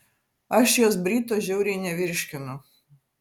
aš jos bryto žiauriai nevirškinu